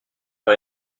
par